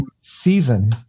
season